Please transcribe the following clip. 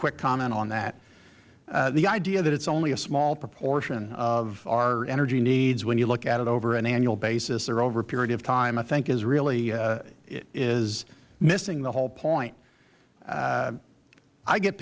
quick comment on that the idea that it is only a small proportion of our energy needs when you look at it over an annual basis or over a period of time i think is really missing the whole point i get